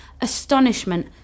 Astonishment